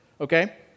Okay